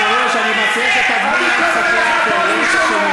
שעשה יושב-ראש תנועת ש"ס,